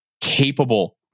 capable